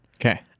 Okay